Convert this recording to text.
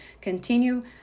continue